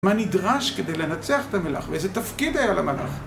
מה נדרש כדי לנצח את המלאך, ואיזה תפקיד היה למלאך?